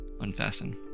unfasten